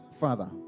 Father